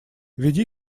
веди